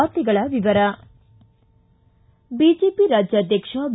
ವಾರ್ತೆಗಳ ವಿವರ ಬಿಜೆಪಿ ರಾಜ್ಯಾಧ್ಯಕ್ಷ ಬಿ